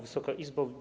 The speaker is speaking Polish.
Wysoka Izbo!